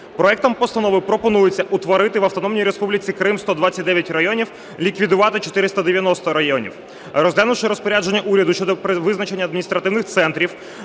Проектом постанови пропонується утворити в Автономній Республіці Крим 129 районів, ліквідувати 490 районів. Розглянувши розпорядження уряду щодо визначення адміністративних центрів,